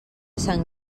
sant